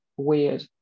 weird